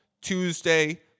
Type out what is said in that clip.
Tuesday